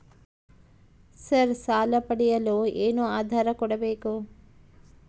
Sir ಸಾಲ ಪಡೆಯಲು ಏನು ಆಧಾರ ಕೋಡಬೇಕು?